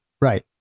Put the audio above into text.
Right